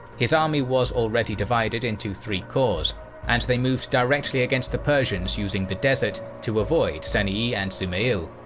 his army was already divided into three corps and they moved directly against the persians using the desert to avoid saniyy and zumail.